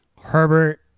Herbert